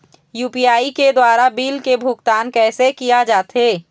UPI के द्वारा bill के भुगतान कैसे किया जाथे?